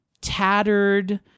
tattered